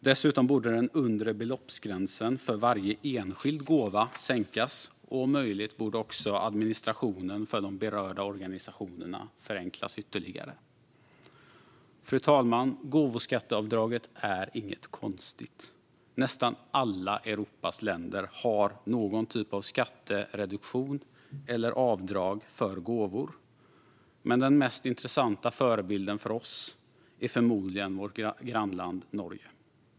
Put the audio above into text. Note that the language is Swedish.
Dessutom borde den undre beloppsgränsen för varje enskild gåva sänkas. Om möjligt borde också administrationen för de berörda organisationerna förenklas ytterligare. Fru talman! Gåvoskatteavdraget är inget konstigt. Nästan alla Europas länder har någon typ av skattereduktion eller avdrag för gåvor. Den mest intressanta förebilden för oss är förmodligen vårt grannland Norge.